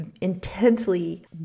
intensely